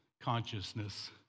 consciousness